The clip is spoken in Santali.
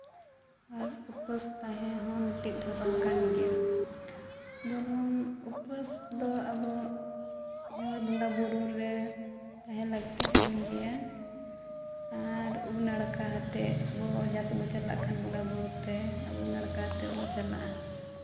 ᱟᱨ ᱩᱯᱟᱹᱥ ᱛᱟᱦᱮᱸ ᱦᱚᱸ ᱢᱤᱫᱴᱮᱱ ᱫᱷᱚᱨᱚᱢ ᱠᱟᱱ ᱜᱮᱭᱟ ᱡᱮᱢᱚᱱ ᱩᱯᱟᱹᱥ ᱫᱚ ᱟᱵᱚ ᱦᱚᱲ ᱵᱚᱸᱜᱟᱼᱵᱩᱨᱩ ᱨᱮ ᱛᱟᱦᱮᱱ ᱞᱟᱹᱠᱛᱤᱜ ᱠᱟᱱ ᱜᱮᱭᱟ ᱟᱨ ᱩᱢ ᱱᱟᱲᱠᱟ ᱟᱛᱮᱫ ᱵᱚᱱ ᱡᱟᱦᱟᱸ ᱥᱮᱫ ᱵᱚᱱ ᱪᱟᱞᱟᱜ ᱠᱷᱟᱱ ᱵᱚᱸᱜᱟᱼᱵᱩᱨᱩᱛᱮ ᱩᱢ ᱱᱟᱲᱠᱟ ᱠᱟᱛᱮᱫ ᱵᱚᱱ ᱪᱟᱞᱟᱜᱼᱟ